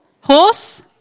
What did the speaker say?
Horse